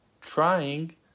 trying